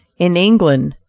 in england,